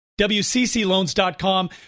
WCCLoans.com